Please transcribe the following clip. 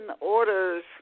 Orders